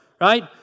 right